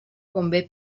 convé